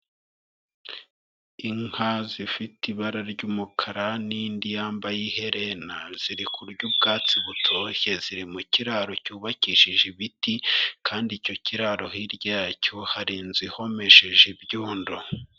Inka zifite ibara ry'umukara n'indi yambaye iherena ziri kurya ubwatsi butoshye, ziri mu kiraro cyubakishije ibiti kandi icyo kiraro hirya yacyo hari inzu ihomesheje ibyondo.